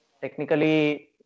Technically